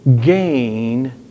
gain